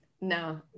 No